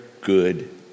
good